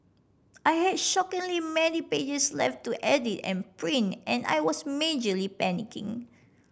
I had shockingly many pages left to edit and print and I was majorly panicking